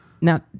Now